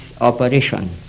operation